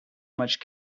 much